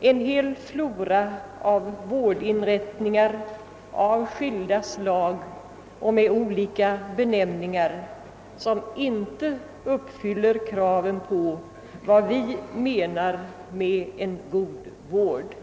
en hel flora av vårdinrättningar av skilda slag och med olika benämningar, som inte uppfyller kraven på vad vi menar men en god vård.